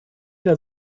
der